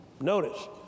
Notice